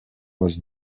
was